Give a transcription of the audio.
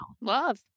Love